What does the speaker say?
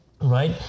Right